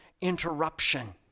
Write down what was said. interruption